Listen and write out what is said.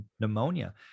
pneumonia